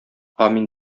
амин